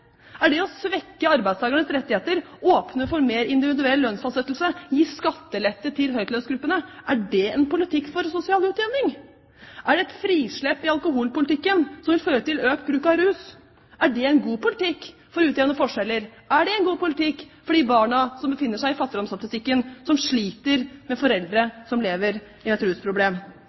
Er det å svekke arbeidstakernes rettigheter, åpne for mer individuell lønnsfastsettelse og gi skattelette til høylønnsgruppene en politikk for sosial utjevning? Er et frislepp i alkoholpolitikken, som vil føre til økt bruk av rusmidler, en god politikk for å utjevne forskjeller? Er det en god politikk for de barna som befinner seg i fattigdomsstatistikken som sliter med foreldre som lever med et rusproblem?